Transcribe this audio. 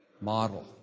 model